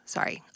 Sorry